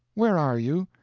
where are you?